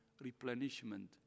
replenishment